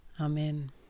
Amen